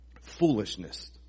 foolishness